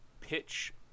pitch